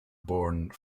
bourne